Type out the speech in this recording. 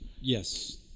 yes